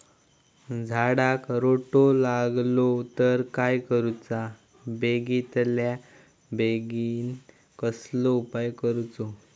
झाडाक रोटो लागलो तर काय करुचा बेगितल्या बेगीन कसलो उपाय करूचो?